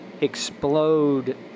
explode